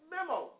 Memo